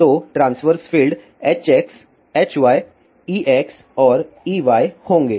तो transverse fields Hx Hy Ex और Ey होंगे